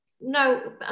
No